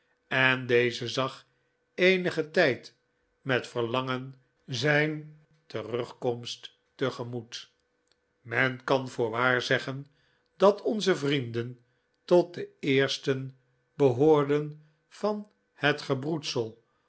en deze zag eenigen tijd met verlangen zijn terugkomst tegemoet men kan voorwaar zeggen dat onze vrienden tot de eersten behoorden van dat gebroedsel